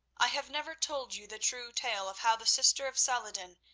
i have never told you the true tale of how the sister of saladin,